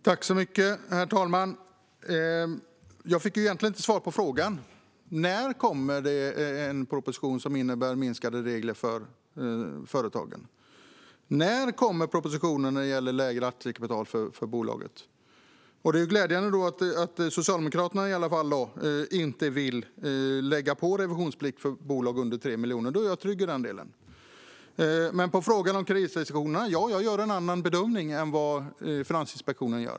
Herr talman! Jag fick egentligen inte svar på frågan om när det kommer en proposition som innebär minskade regler för företagen. När kommer propositionen när det gäller lägre aktiekapital för bolagen? Det är i alla fall glädjande att Socialdemokraterna inte vill lägga på en revisionsplikt för bolag under 3 miljoner. Då är jag trygg i den delen. När det gäller frågan om kreditrestriktioner gör jag en annan bedömning än Finansinspektionen.